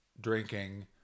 drinking